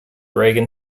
reagan